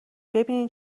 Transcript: ببینین